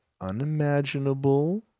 unimaginable